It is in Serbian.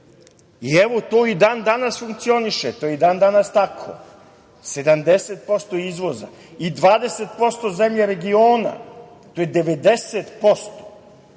države. To i dan danas funkcioniše, to je i dan danas tako, 70% izvoza i 20% zemlje regiona. To je 90%.